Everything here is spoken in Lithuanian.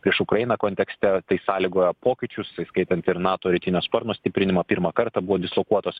prieš ukrainą kontekste tai sąlygojo pokyčius įskaitant ir nato rytinio sparno stiprinimą pirmą kartą buvo dislokuotos